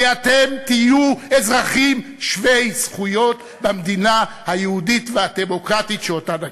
כי אתם תהיו אזרחים שווי זכויות במדינה היהודית והדמוקרטית שנקים.